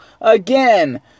again